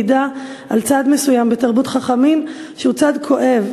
מעידה על צד מסוים בתרבות חכמים שהוא צד כואב